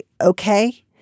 Okay